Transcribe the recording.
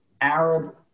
Arab